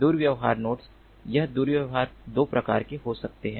दुर्व्यवहार नोड्स यह दुर्व्यवहार 2 प्रकार के हो सकते हैं